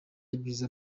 ibyiza